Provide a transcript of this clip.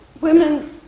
Women